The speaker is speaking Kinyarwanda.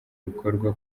bikorwa